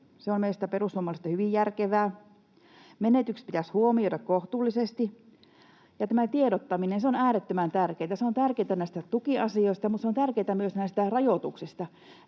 meistä perussuomalaisista hyvin järkevää. Menetykset pitäisi huomioida kohtuullisesti. Ja tämä tiedottaminen on äärettömän tärkeätä. Se on tärkeätä näistä tukiasioista, mutta se on tärkeätä myös näistä rajoituksista.